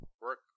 work